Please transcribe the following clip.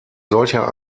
solcher